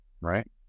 right